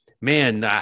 man